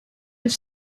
have